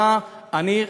האינתיפאדה השנייה.